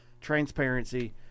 transparency